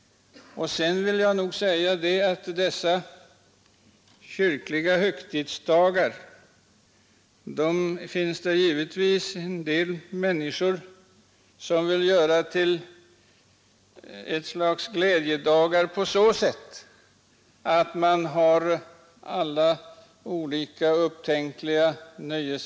Vidare vill jag säga att det givetvis finns en del människor som vill göra dessa kyrkliga högtidsdagar till ett slags glädjedagar genom att då arrangera alla upptänkliga nöjen.